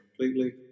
completely